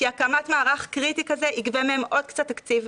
כי הקמת מערך קריטי כזה תגבה מהם עוד קצת תקציב,